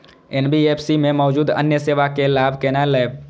NBFC में मौजूद अन्य सेवा के लाभ केना लैब?